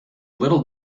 little